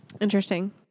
Interesting